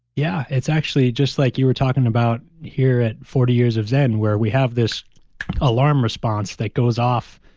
yeah. it's actually just like you were talking about here at forty years of zen where we have this alarm response that goes off,